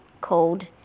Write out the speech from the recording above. called